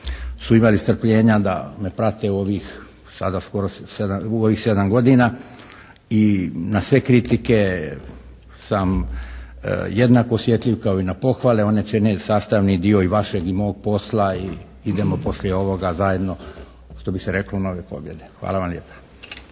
su imali strpljenja da me prate u ovih, sada skoro 7, u ovih 7 godina i na sve kritike sam jednako osjetljiv kao i na pohvale. One čine sastavni dio i vašeg i mog posla i idemo poslije ovoga zajedno što bi se reklo u nove pobjede. Hvala vam lijepa.